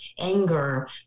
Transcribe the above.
anger